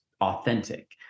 authentic